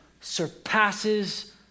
surpasses